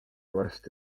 varsti